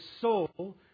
soul